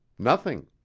nothing.